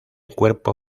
cuerpo